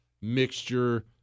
mixture